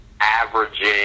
averaging